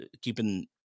keeping